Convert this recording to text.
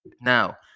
Now